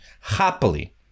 happily